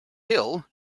hill